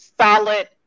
solid